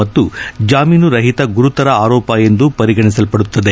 ಮತ್ತು ಜಾಮೀನುರಹಿತ ಗುರುತರ ಆರೋಪ ಎಂದು ಪರಿಗಣಿಸಲ್ಪಡುತ್ತದೆ